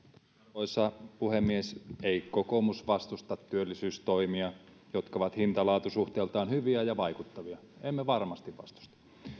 arvoisa puhemies ei kokoomus vastusta työllisyystoimia jotka ovat hinta laatusuhteeltaan hyviä ja vaikuttavia emme varmasti vastusta